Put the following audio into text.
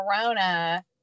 Corona